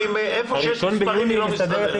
איפה שיש מספרים היא לא מסתדרת.